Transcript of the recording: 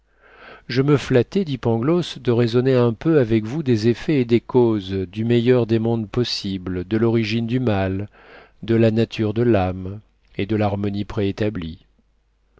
je me flattais dit pangloss de raisonner un peu avec vous des effets et des causes du meilleur des mondes possibles de l'origine du mal de la nature de l'âme et de l'harmonie préétablie